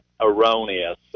erroneous